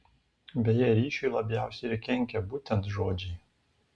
beje ryšiui labiausiai ir kenkia būtent žodžiai